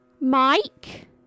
Mike